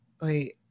Wait